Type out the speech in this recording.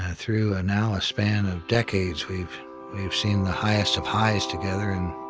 ah through ah now a span of decades, we've we've seen the highest of highs together. and